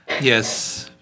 Yes